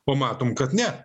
o matom kad ne